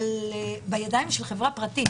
בידיים של חברה פרטית,